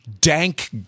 Dank